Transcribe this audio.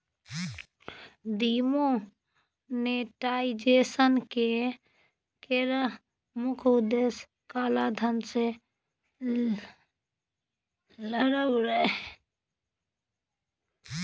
demonetisation केर मुख्य उद्देश्य काला धन सँ लड़ब रहय